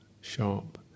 sharp